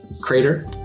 crater